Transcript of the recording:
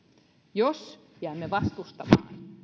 jos jäämme vastustamaan